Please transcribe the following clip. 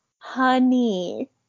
honey